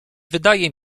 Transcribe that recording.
wydaje